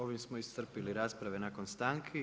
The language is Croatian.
Ovime smo iscrpili rasprave nakon stanki.